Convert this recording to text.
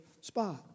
spot